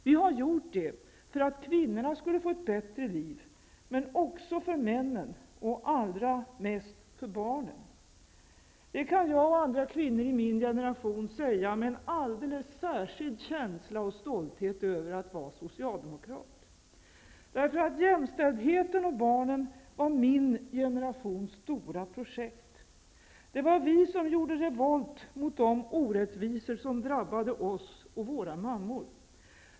Vi har gjort det för att kvinnorna skulle få ett bättre liv -- men också för männen och allra mest för barnen. Det kan jag och andra kvinnor i min generation säga med en alldeles särskild känsla och stolthet över att vara socialdemokrater. Jämställdheten och barnen var min generations stora projekt. Det var vi som gjorde revolt mot de orättvisor som drabbade oss och våra mammor.